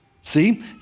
See